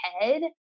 head